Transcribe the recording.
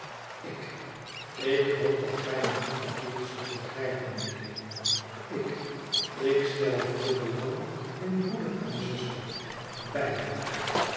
ik ik hoop dat ij mij niet verkeerd zult begrijpen mijnheer ik ik stel veel belang m broeder en zuster beiden